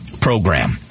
program